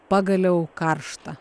pagaliau karšta